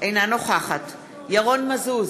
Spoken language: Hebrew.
אינה נוכחת ירון מזוז,